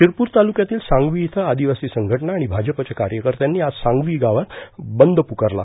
शिरपूर तालुक्यातील सांगवी इयं आदिवासी संघटना आणि भाजपच्या कार्यकर्त्यांनी आज सांगवी गावात बंद पुकारला